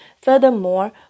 furthermore